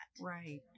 right